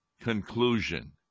conclusion